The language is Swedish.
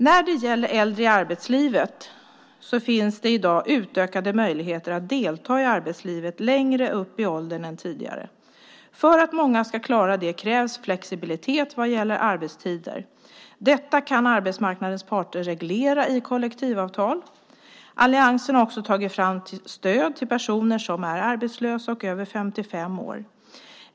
När det gäller äldre i arbetslivet finns i dag utökade möjligheter att delta i arbetslivet högre upp i åldern än tidigare. För att många ska klara det krävs flexibilitet vad gäller arbetstider. Detta kan arbetsmarknadens parter reglera i kollektivavtal. Alliansen har också tagit fram stöd till personer som är arbetslösa och över 55 år.